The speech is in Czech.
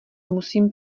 musím